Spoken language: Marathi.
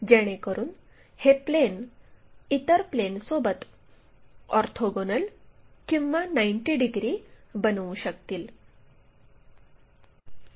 जेणेकरून हे प्लेन इतर प्लेनसोबत ऑर्थोगोनल किंवा 90 डिग्री बनवू शकतील